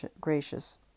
gracious